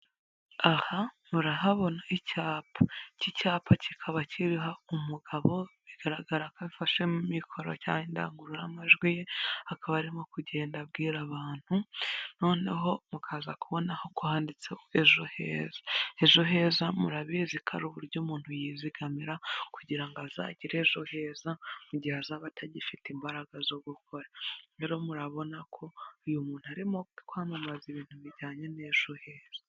Aha murahabona icyapa. Icy'icyapa kikaba kiriho umugabo bigaragara ko afashe mu mikoro cyangwa indangururamajwi ye, akaba arimo kugenda abwira abantu noneho mukaza kubona ko handitse ejo heza. Ejo heza murabizi hariri uburyo umuntu yizigamira kugira ngo azagere ejo heza mu gihe azaba atagifite imbaraga zo guko. Rero murabona ko uyu muntu arimo kwamamaza ibintu bijyanye na ejo heza.